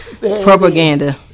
Propaganda